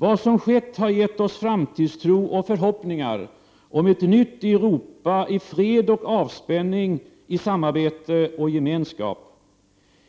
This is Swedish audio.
Vad som skett har gett oss framtidstro och förhoppningar om ett nytt Europa i fred och avspänning, i samarbete och gemenskap.